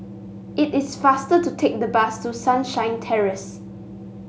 it is faster to take the bus to Sunshine Terrace